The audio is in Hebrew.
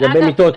לגבי מיטות,